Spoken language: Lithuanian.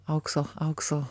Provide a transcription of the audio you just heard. aukso aukso